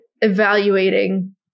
evaluating